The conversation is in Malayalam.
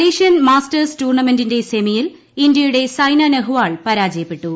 മലേഷ്യൻ മാസ്റ്റേഴ്സ് ടൂർണമെന്റിന്റെ സെമിയിൽ ഇന്ത്യയുടെ സൈന നെഹ്വാൾ പരാജയപ്പെട്ടു